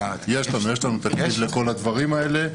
כן, יש לנו תקציב לכל הדברים האלה.